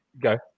go